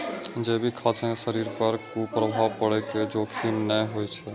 जैविक खाद्य सं शरीर पर कुप्रभाव पड़ै के जोखिम नै होइ छै